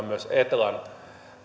myös etlan